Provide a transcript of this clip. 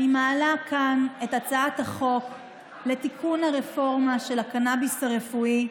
אני מעלה כאן את הצעת החוק לתיקון הרפורמה של הקנביס הרפואי,